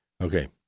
Okay